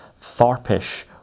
Tharpish